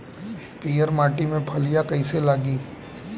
पीयर माटी में फलियां कइसे लागी?